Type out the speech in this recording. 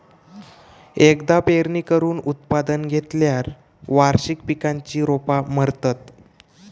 एकदा पेरणी करून उत्पादन घेतल्यार वार्षिक पिकांची रोपा मरतत